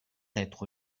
être